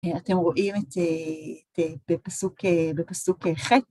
אתם רואים את זה בפסוק ח'